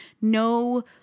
no